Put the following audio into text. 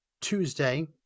Tuesday